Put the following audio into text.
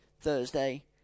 Thursday